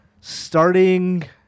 starting